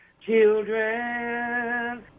Children